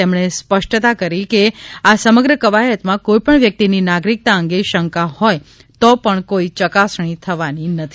તેમણે સ્પષ્ટતા કરી કે આ સમગ્ર કવાયતમાં કોઇપણ વ્યક્તિની નાગરિકતા અંગે શંકા હોથ તો પણ કોઇ ચકાસણી થવાની નથી